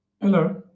Hello